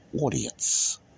audience